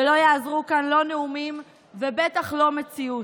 ולא יעזרו כאן לא נאומים ובטח לא מציאות.